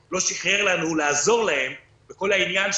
לא עברתי עליו לפני הדיון.